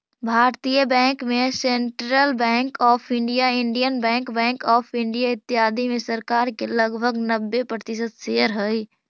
भारतीय बैंक में central bank of India, Indian bank, bank of India, इत्यादि में सरकार के लगभग नब्बे प्रतिशत शेयर हइ